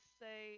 say